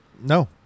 No